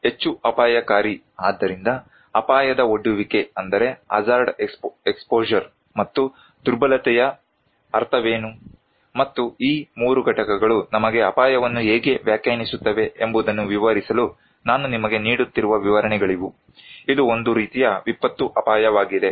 ಹೆಚ್ಚು ಅಪಾಯಕಾರಿ ಆದ್ದರಿಂದ ಅಪಾಯದ ಒಡ್ಡುವಿಕೆ ಮತ್ತು ದುರ್ಬಲತೆಯ ಅರ್ಥವೇನು ಮತ್ತು ಈ 3 ಘಟಕಗಳು ನಮಗೆ ಅಪಾಯವನ್ನು ಹೇಗೆ ವ್ಯಾಖ್ಯಾನಿಸುತ್ತವೆ ಎಂಬುದನ್ನು ವಿವರಿಸಲು ನಾನು ನಿಮಗೆ ನೀಡುತ್ತಿರುವ ವಿವರಣೆಗಳಿವೂ ಇದು ಒಂದು ರೀತಿಯ ವಿಪತ್ತು ಅಪಾಯವಾಗಿದೆ